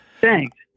Thanks